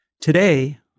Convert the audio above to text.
Today